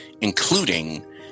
including